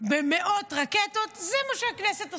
במאות רקטות זה מה שהכנסת עושה.